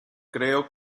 creo